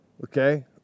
okay